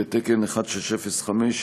ותקן 1605,